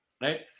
Right